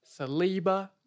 Saliba